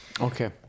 Okay